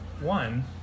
One